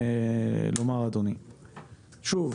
שוב,